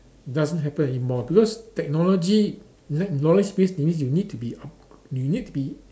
it doesn't happen anymore because technology in fact knowledge based that means you need to be up~ you need to be